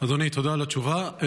אדוני, תודה על התשובה,